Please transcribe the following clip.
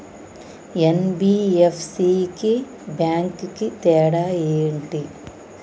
NBFC కి bank కి తేడా ఏంటి?